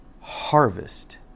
harvest